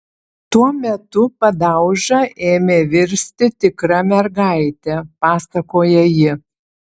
tuo metu padauža ėmė virsti tikra mergaite pasakoja ji